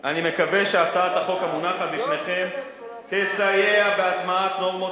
אני מקווה שהצעת החוק המונחת בפניכם תסייע בהטמעת נורמות